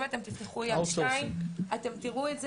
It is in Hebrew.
אם תפתחו יד 2 אתם תראו את זה,